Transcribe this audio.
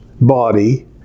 body